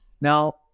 Now